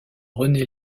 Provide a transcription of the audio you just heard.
rené